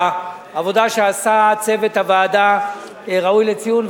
העבודה שעשה צוות הוועדה ראויה לציון,